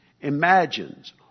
imagines